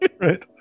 Right